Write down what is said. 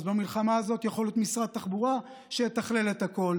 אז במלחמה הזאת יכול להיות שמשרד התחבורה יתכלל את הכול,